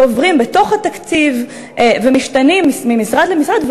שעוברים בתוך התקציב ומשתנים ממשרד למשרד,